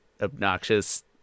obnoxious